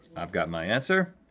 i've got my answer.